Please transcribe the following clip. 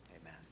Amen